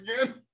again